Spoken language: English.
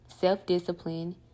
self-discipline